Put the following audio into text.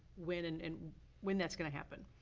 when and and when that's gonna happen.